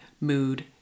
mood